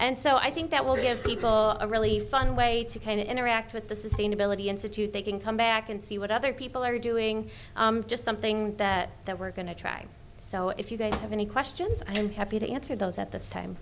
and so i think that will give people a really fun way to kind of interact with the sustainability institute they can come back and see what other people are doing just something that we're going to try so if you guys have any questions i'm happy to answer those at this time